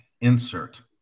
insert